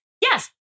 Yes